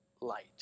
light